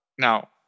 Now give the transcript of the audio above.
Now